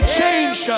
change